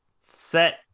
set